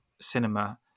cinema